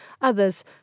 others